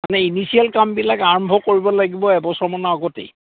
মানে ইনিচিয়েল কামবিলাক আৰম্ভ কৰিব লাগিব এবছৰমানৰ আগতেই